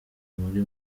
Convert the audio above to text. buri